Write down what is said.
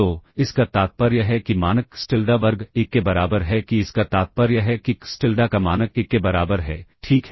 तो इसका तात्पर्य है कि मानक xTilda वर्ग 1 के बराबर है कि इसका तात्पर्य है कि xTilda का मानक 1 के बराबर है ठीक है